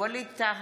ווליד טאהא,